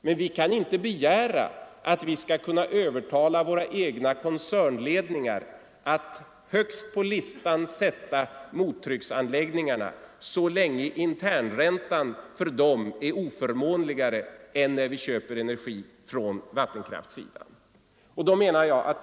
Men vi kan inte vänta oss att vi skall kunna övertala våra egna koncernledningar att högst på listan sätta mottrycksanläggningarna så länge internräntan för dem är oförmånligare än för de anläggningar som behövs när vi köper energi från vattenkraftssidan.